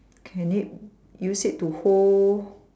can it use it to hold